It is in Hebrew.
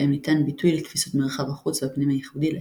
בהם ניתן ביטוי לתפיסות מרחב החוץ והפנים הייחודי להם.